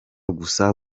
gusa